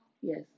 Yes